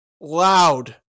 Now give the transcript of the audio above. loud